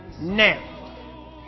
Now